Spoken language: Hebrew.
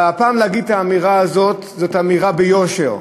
אבל הפעם להגיד את האמירה הזאת זאת אמירה ביושר.